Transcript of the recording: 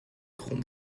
chrome